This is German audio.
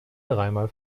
dreimal